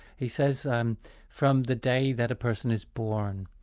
he says um from the day that a person is born,